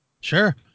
Sure